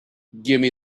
gimme